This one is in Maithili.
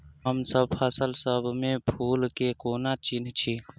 हमसब फसल सब मे फूल केँ कोना चिन्है छी?